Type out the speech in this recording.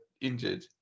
injured